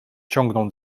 ciągnął